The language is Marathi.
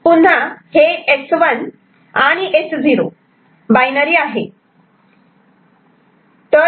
पुन्हा हे S1 आणि S0 बाइनरी व्हेरिएबल आहे